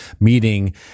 meeting